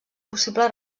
possible